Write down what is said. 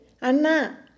anna